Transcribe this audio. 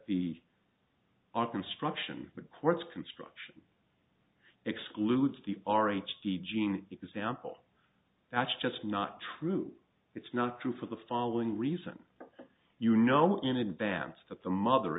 our construction but courts construction excludes the r h d gene example that's just not true it's not true for the following reason you know in advance that the mother